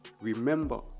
Remember